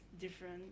different